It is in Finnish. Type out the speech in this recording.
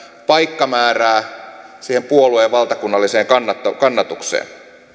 paikkamäärää siihen puolueen valtakunnalliseen kannatukseen